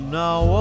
now